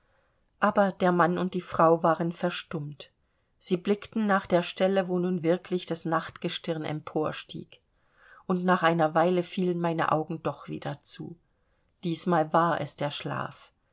aber der mann und die frau waren verstummt sie blickten nach der stelle wo nun wirklich das nachtgestirn emporstieg und nach einer weile fielen meine augen doch wieder zu diesmal war es der schlaf